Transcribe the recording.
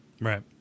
Right